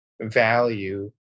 value